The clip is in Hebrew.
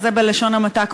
וזה בלשון המעטה,